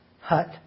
hut